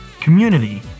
community